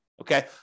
Okay